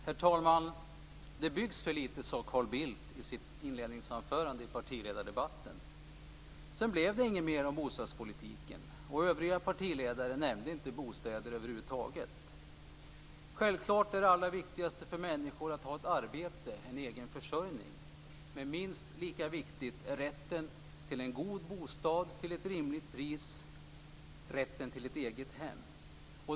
Herr talman! Det byggs för litet, sade Carl Bildt i sitt inledningsanförande i partiledardebatten. Sedan sades det inget mer om bostadspolitiken, och övriga partiledare nämnde över huvud taget inte bostäderna. Självklart är det allra viktigaste för människorna att ha ett arbete, en egen försörjning, men minst lika viktigt är det med rätten till en god bostad till ett rimligt pris, rätten till ett eget hem.